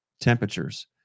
temperatures